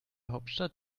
hauptstadt